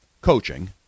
coaching